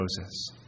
Moses